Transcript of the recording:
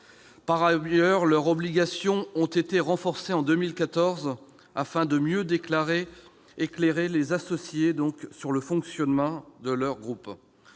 Par ailleurs, leurs obligations ont été renforcées en 2014, afin de mieux éclairer les associés sur le fonctionnement de leur groupe.